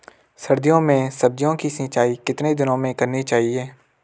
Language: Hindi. सर्दियों में सब्जियों की सिंचाई कितने दिनों में करनी चाहिए?